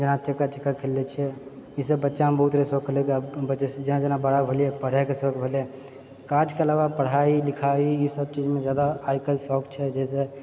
जहाँ चक्का चक्का खेलने छिए इसब बच्चामे बहुत रहै शौक खेलय के आब बच्चासे जेना जेना बड़ा भेलियै पढ़ाइ के शौक भेलए काजके अलावा पढ़ाइ लिखाइ इसब चीजमे जादा आइ काल्हि शौक छै जहिसँ